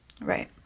Right